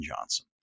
Johnson